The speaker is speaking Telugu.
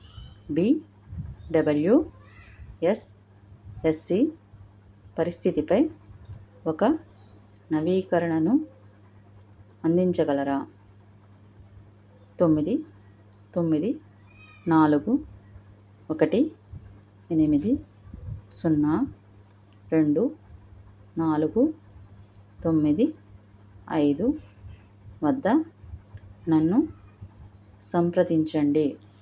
be W S S C పరిస్థితిపై ఒక నవీకరణను అందించగలరా తొమ్మిది తొమ్మిది నాలుగు ఒకటి ఎనిమిది సున్నా రెండు నాలుగు తొమ్మిది ఐదు వద్ద నన్ను సంప్రదించండి